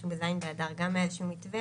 ב-ז' באדר גם יש איזשהו מתווה